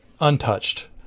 untouched